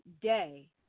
day